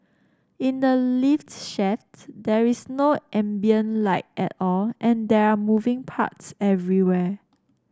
in the lift shafts there is no ambient light at all and there are moving parts everywhere